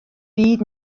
byd